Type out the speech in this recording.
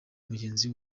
mugenzi